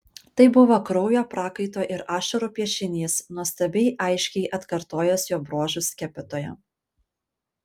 tai buvo kraujo prakaito ir ašarų piešinys nuostabiai aiškiai atkartojęs jo bruožus skepetoje